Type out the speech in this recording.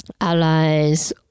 allies